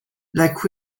like